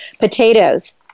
potatoes